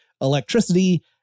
electricity